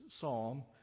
psalm